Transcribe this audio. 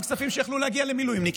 יש כספים שיכלו להגיע למילואימניקים,